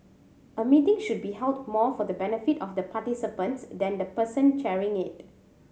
a meeting should be held more for the benefit of the participants than the person chairing it